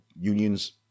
unions